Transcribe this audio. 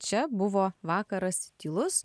čia buvo vakaras tylus